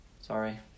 Sorry